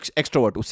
extrovert